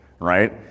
right